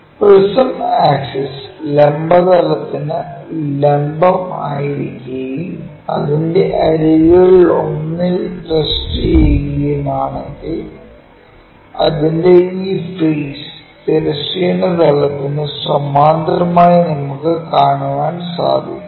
prism axis ലംബ തലത്തിനു ലംബം ആയിരിക്കുകയും അതിന്റെ അരികുകളിൽ ഒന്നിൽ റസ്റ്റ് ചെയുകയും ആണെങ്കിൽ അതിന്റെ ഈ ഫെയ്സ് തിരശ്ചീന തലത്തിനു സമാന്തരമായി നമുക്ക് കാണാൻ സാധിക്കും